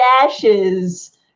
dashes